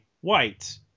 white